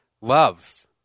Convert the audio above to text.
Love